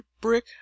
brick